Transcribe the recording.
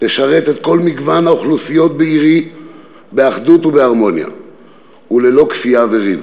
לשרת את כל מגוון האוכלוסיות בעירי באחדות ובהרמוניה וללא כפייה וריב.